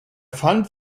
fand